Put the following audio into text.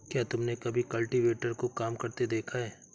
क्या तुमने कभी कल्टीवेटर को काम करते देखा है?